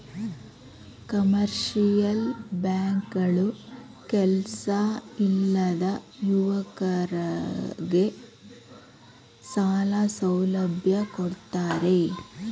commercial bank ಗಳು ಕೆಲ್ಸ ಇಲ್ಲದ ಯುವಕರಗೆ ಸಾಲ ಸೌಲಭ್ಯ ಕೊಡ್ತಾರೆ